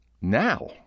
now